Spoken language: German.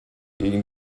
gegen